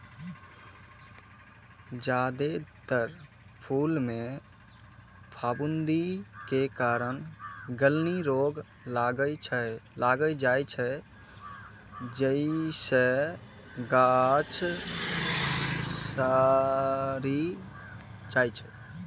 जादेतर फूल मे फफूंदी के कारण गलनी रोग लागि जाइ छै, जइसे गाछ सड़ि जाइ छै